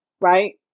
right